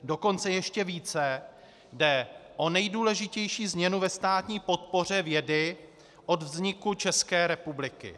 Dokonce ještě více jde o nejdůležitější změnu ve státní podpoře vědy od vzniku České republiky.